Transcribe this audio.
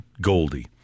Goldie